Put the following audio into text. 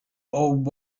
old